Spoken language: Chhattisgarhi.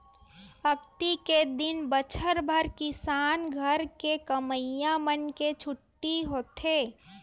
अक्ती के दिन बछर भर किसान के घर के कमइया मन के छुट्टी होथे